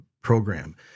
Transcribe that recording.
program